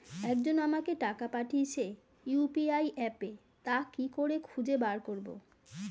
একজন আমাকে টাকা পাঠিয়েছে ইউ.পি.আই অ্যাপে তা কি করে খুঁজে বার করব?